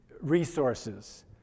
Resources